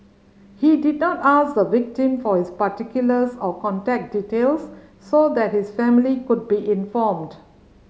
he did not ask the victim for his particulars or contact details so that his family could be informed